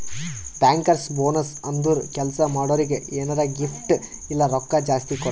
bankers bonus ಅಂದುರ್ ಕೆಲ್ಸಾ ಮಾಡೋರಿಗ್ ಎನಾರೇ ಗಿಫ್ಟ್ ಇಲ್ಲ ರೊಕ್ಕಾ ಜಾಸ್ತಿ ಕೊಡ್ತಾರ್